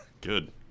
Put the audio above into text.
good